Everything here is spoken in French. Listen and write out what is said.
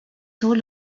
tôt